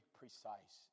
precise